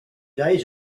days